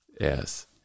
Yes